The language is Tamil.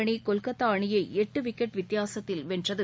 அணி கொல்கத்தா அணியை எட்டு விக்கெட் வித்தியாசத்தில் வென்றது